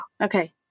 Okay